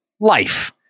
life